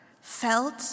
felt